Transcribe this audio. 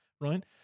right